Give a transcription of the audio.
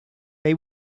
they